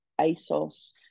ASOS